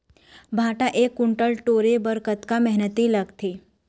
भांटा एक कुन्टल टोरे बर कतका मेहनती लागथे?